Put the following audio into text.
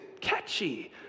catchy